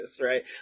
right